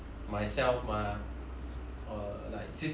or like 自己拿一点一点 um